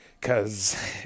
Cause